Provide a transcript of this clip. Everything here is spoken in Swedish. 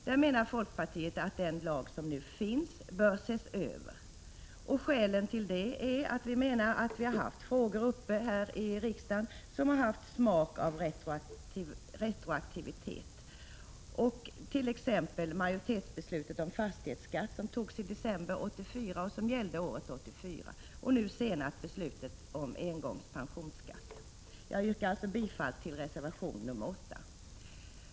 Vi i folkpartiet menar att den nuvarande lagen bör ses över. Skälen till detta är att vi har haft uppe här i riksdagen två fall som haft smak av retroaktivitet: majoritetsbeslutet om fastighetsskatt i december 1984 som gällde året 1984 och nu senast beslutet om engångsskatt på pensionsförsäkringar. Jag yrkar alltså bifall till reservation 8.